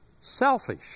selfish